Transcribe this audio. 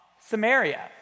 Samaria